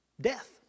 death